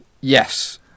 yes